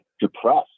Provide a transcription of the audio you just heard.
depressed